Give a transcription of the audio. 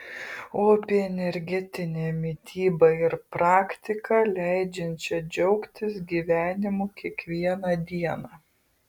o apie energetinę mitybą ir praktiką leidžiančią džiaugtis gyvenimu kiekvieną dieną